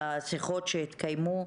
בשיחות שהתקיימו,